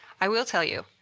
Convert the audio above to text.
i will tell you,